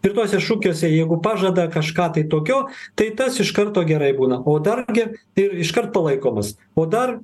ir tuose šūkiuose jeigu pažada kažką tai tokio tai tas iš karto gerai būna o dargi ir iškart palaikomas o dar